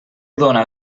dóna